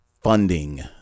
funding